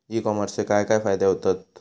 E कॉमर्सचे काय काय फायदे होतत?